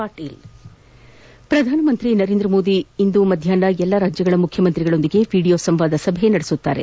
ಪಾಟೀಲ್ ಪ್ರಧಾನಮಂತ್ರಿ ನರೇಂದ್ರ ಮೋದಿ ಅವರು ಇಂದು ಮಧ್ಯಾಹ್ನ ಎಲ್ಲ ರಾಜ್ಯಗಳ ಮುಖ್ಯಮಂತ್ರಿಗಳ ಜತೆ ವೀಡಿಯೊ ಸಂವಾದ ಸಭೆ ನಡೆಸಲಿದ್ದಾರೆ